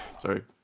Sorry